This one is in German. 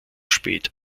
spät